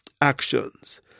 actions